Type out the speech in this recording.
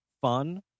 fun